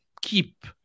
keep